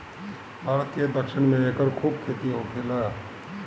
भारत के दक्षिण में एकर खूब खेती होखेला